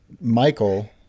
michael